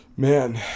Man